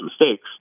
mistakes